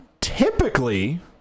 typically